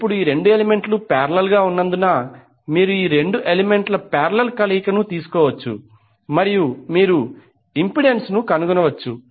ఇప్పుడు ఈ రెండు ఎలిమెంట్లు పారేలల్ గా ఉన్నందున మీరు ఈ రెండు ఎలిమెంట్ల పారేలల్ కలయికను తీసుకోవచ్చు మరియు మీరు ఇంపెడెన్స్ను కనుగొనవచ్చు